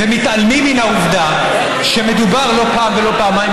ומתעלמים מן העובדה שמדובר לא פעם ולא פעמיים